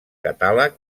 catàleg